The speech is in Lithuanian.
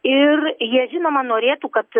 ir jie žinoma norėtų kad